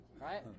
right